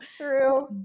true